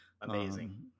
amazing